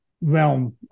realm